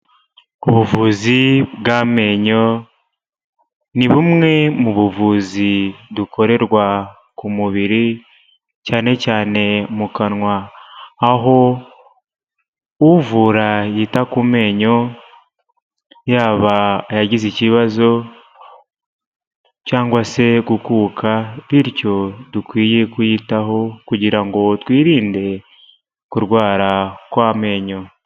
Ubuvuzi bw'amenyo, ni bumwe mu buvuzi dukorerwa ku mubiri cyane cyane mu kanwa, aho uvura yita ku menyo, yaba ayagize ikibazo cyangwa se gukuka bityo dukwiye kuyitaho kugira ngo twirinde kurwara kw'amenyo.